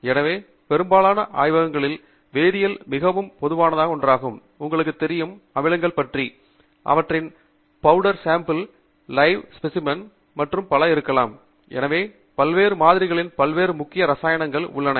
எனவே பெரும்பாலான ஆய்வுங்களில் வேதியியல் மிகவும் பொதுவான ஒன்றாகும் உங்களுக்கு தெரியும் அமிலங்கள் பற்றி அவற்றில் பவுடர் சாம்பிள் லைவ் ஸ்பேசிமென் மற்றும் பல இருக்கலாம் எனவே பல்வேறு மாதிரிகளில் பல்வேறு முக்கிய ரசாயணங்கள் உள்ளன